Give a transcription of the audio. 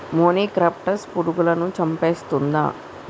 మొనిక్రప్టస్ పురుగులను చంపేస్తుందా?